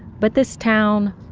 but this town,